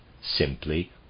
simply